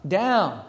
down